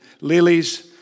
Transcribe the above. lilies